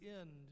end